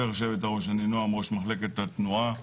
אני נועם ראש מחלקת התנועה.